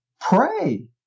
Pray